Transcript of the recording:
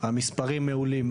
המספרים מעולים.